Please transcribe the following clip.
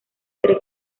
cree